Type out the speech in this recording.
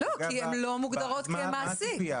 פוגע --- כי הן לא מוגדרות כמעסיק.